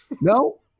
No